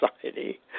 society